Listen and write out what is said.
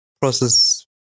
process